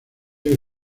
que